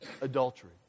adultery